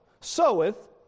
soweth